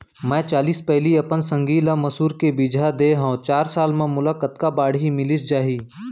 मैं चालीस पैली अपन संगी ल मसूर के बीजहा दे हव चार साल म मोला कतका बाड़ही मिलिस जाही?